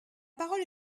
parole